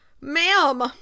Ma'am